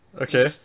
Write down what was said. okay